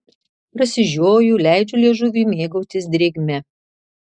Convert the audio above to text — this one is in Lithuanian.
prasižioju leidžiu liežuviui mėgautis drėgme